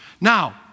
Now